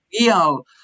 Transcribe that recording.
real